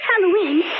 Halloween